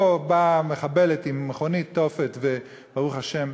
פה באה מחבלת עם מכונית תופת, וברוך השם,